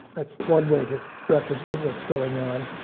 that's one way to represent what's going on,